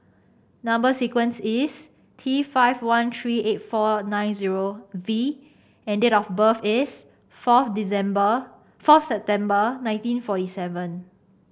number sequence is T five one three eight four nine zero V and date of birth is fourth December fourth September nineteen forty seven